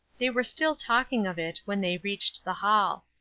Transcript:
they were still talking of it when they reached the hall.